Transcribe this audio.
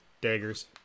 daggers